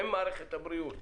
הן מערכת הבריאות.